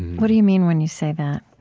what do you mean when you say that?